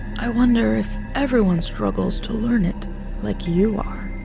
i wonder if everyone struggles to learn it like you are,